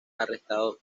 arrestado